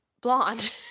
blonde